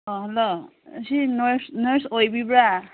ꯑꯣ ꯍꯜꯂꯣ ꯑꯁꯤ noise noise ꯑꯣꯏꯕꯤꯔꯕ꯭ꯔ